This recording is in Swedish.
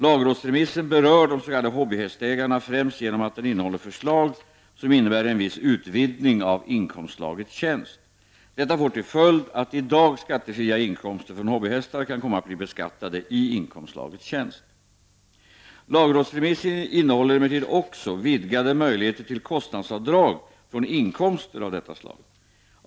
Lagrådsremissen berör de s.k. hobbyhästägarna främst genom att den innehåller förslag som innebär en viss utvidgning av inkomstslaget tjänst. Detta får till följd att i dag skattefria inkomster från hobbyhästar kan komma att bli beskattade i inkomstslaget tjänst. Lagrådsremissen innehåller emellertid också vidgade möjligheter till av drag för kostnader från inkomster av detta slag.